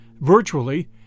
virtually